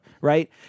right